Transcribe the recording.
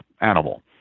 animal